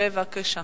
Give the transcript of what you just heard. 5307,